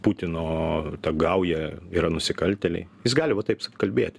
putino ta gauja yra nusikaltėliai jis gali va taip kalbėti